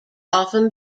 often